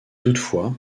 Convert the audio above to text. toutefois